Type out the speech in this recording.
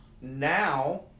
now